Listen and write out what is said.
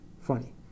funny